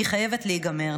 היא חייבת להיגמר.